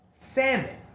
salmon